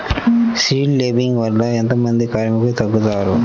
Seed లేంబింగ్ వల్ల ఎంత మంది కార్మికులు తగ్గుతారు?